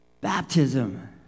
Baptism